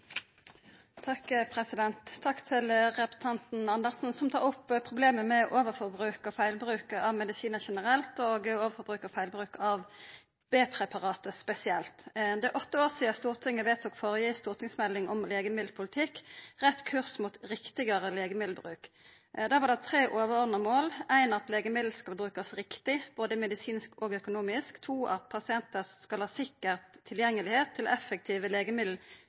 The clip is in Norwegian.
Takk til representanten Andersen, som tar opp problemet med overforbruk og feilbruk av medisinar generelt og av B-preparat spesielt. Det er åtte år sidan Stortinget vedtok den førre stortingsmeldinga om legemiddelpolitikk, Rett kurs mot riktigere legemiddelbruk. Der var det tre overordna mål: «Legemidler skal brukes riktig faglig og økonomisk. Befolkningen skal ha tilgang til sikre og effektive